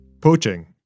Poaching